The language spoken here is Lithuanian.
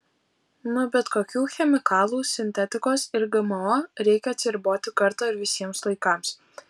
nuo bet kokių chemikalų sintetikos ir gmo reikia atsiriboti kartą ir visiems laikams